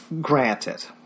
Granted